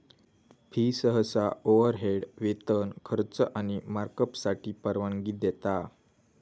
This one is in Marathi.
फी सहसा ओव्हरहेड, वेतन, खर्च आणि मार्कअपसाठी परवानगी देता